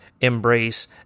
embrace